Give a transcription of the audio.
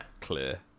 clear